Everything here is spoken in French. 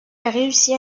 réussit